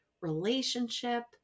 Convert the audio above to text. relationship